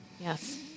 Yes